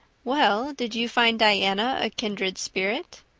well, did you find diana a kindred spirit?